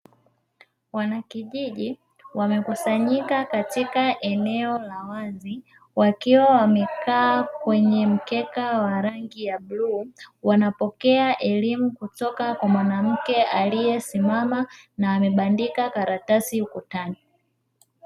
Wanakijiji wamekusanyika katika eneo la wazi wakiwa wamekaa kwenye mkeka wa rangi ya bluu. Wanapokea elimu kutoka kwa mwanamke aliyesimama na amebandika karatasi ukutani.